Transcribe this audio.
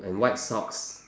and white socks